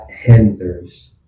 hinders